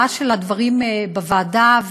הדברים בוועדה.